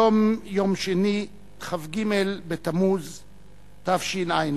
היום יום שני, כ"ג בתמוז התשע"א,